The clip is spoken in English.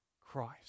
Christ